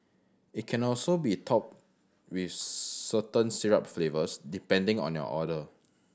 it can also be topped with certain syrup flavours depending on your order